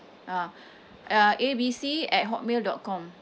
uh uh A B C at hotmail dot com